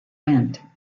wind